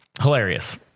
hilarious